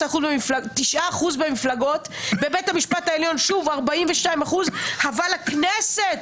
תשעה אחוזים אמון במפלגות ובית המשפט העליון 42 אחוזים אבל הכנסת